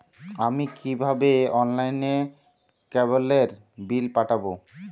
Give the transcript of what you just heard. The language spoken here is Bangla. আমি কিভাবে অনলাইনে কেবলের বিল মেটাবো?